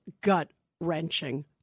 gut-wrenching